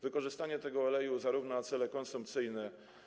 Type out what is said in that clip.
Wykorzystanie tego oleju zarówno na cele konsumpcyjne.